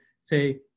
say